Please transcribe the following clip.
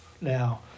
now